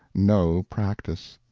no practice.